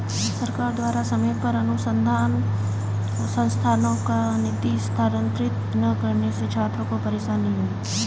सरकार द्वारा समय पर अनुसन्धान संस्थानों को निधि स्थानांतरित न करने से छात्रों को परेशानी हुई